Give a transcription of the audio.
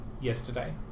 yesterday